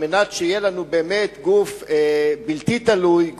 על מנת שיהיה לנו באמת גוף בלתי תלוי,